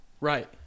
Right